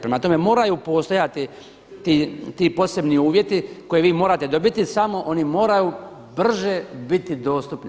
Prema tome, moraju postojati ti posebni uvjeti koje vi morate dobiti samo oni moraju brže biti dostupni.